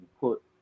put